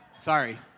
Sorry